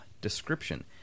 Description